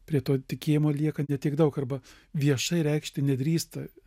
prie to tikėjimo lieka ne tiek daug arba viešai reikšti nedrįsta